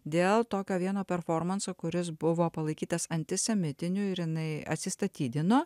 dėl tokio vieno performanso kuris buvo palaikytas antisemitiniu ir jinai atsistatydino